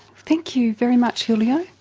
thank you very much julio,